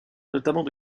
notamment